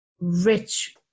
rich